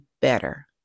better